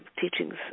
teachings